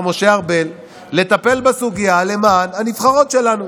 משה ארבל לטפל בסוגיה למען הנבחרות שלנו.